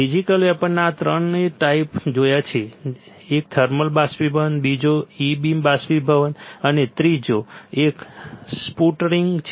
physical વેપરના આપણે ત્રણ ટાઈપ જોયા છે એક થર્મલ બાષ્પીભવન બીજો E બીમ બાષ્પીભવન અને ત્રીજો એક સ્પુટરિંગ sputtering છે